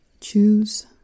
choose